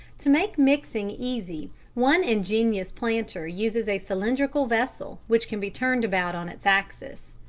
to make mixing easy one ingenious planter uses a cylindrical vessel which can be turned about on its axis.